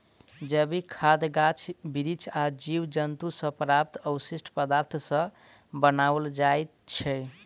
जैविक खाद गाछ बिरिछ आ जीव जन्तु सॅ प्राप्त अवशिष्ट पदार्थ सॅ बनाओल जाइत छै